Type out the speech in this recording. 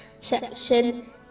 section